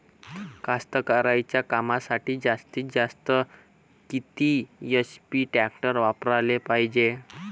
कास्तकारीच्या कामासाठी जास्तीत जास्त किती एच.पी टॅक्टर वापराले पायजे?